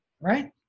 right